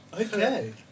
Okay